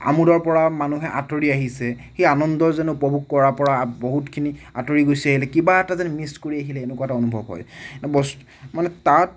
আমোদৰপৰা মানুহে আতৰি আহিছে সেই আনন্দ যেন উপভোগ কৰাৰপৰা বহুতখিনি আতৰি গুচি আহিল কিবা এটা যেন মিচ কৰি আহিলে এনেকুৱা এটা অনুভৱ হয় বচ মানে তাত